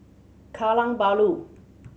Kallang Bahru